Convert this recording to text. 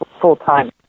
full-time